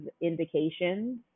indications